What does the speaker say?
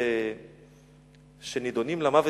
שנידונים למוות